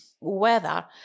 weather